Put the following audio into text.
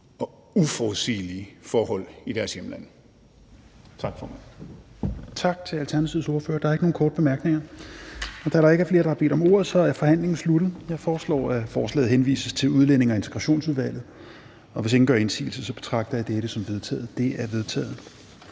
og uforudsigelige forhold i deres hjemland.